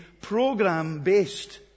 program-based